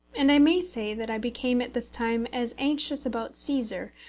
and i may say that i became at this time as anxious about caesar,